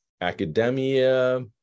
Academia